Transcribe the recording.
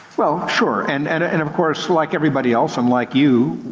well, sure. and and ah and of course, like everybody else, and like you,